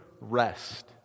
rest